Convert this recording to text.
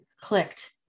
clicked